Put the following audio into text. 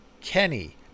Kenny